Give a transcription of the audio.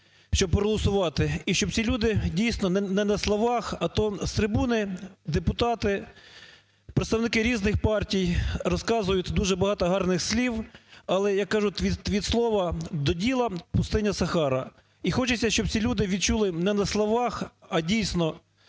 щоб проголосувати. І щоб ці люди дійсно не на словах, а то з трибуни депутати, представники різних партій розказують дуже багато гарних слів. Але, як кажуть, від слова до діла – пустиня Сахара. І хочеться, щоб ці люди відчули не на словах, а дійсно